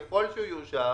ככל שהוא יאושר,